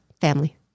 family